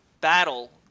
battle